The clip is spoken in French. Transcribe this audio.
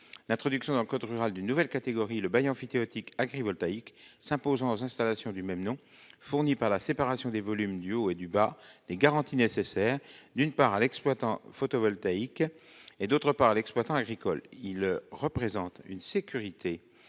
L'introduction dans le code rural d'une nouvelle catégorie, le bail emphytéotique agrivoltaïque, s'imposant aux installations du même nom, fournit par la séparation des volumes du haut et du bas les garanties nécessaires, d'une part, à l'exploitant photovoltaïque et, d'autre part, à l'exploitant agricole. Il représente une sécurité